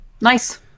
Nice